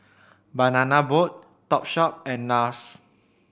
Banana Boat Topshop and Nars